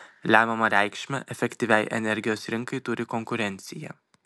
lemiamą reikšmę efektyviai energijos rinkai turi konkurencija